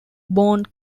born